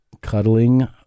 Cuddling